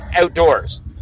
outdoors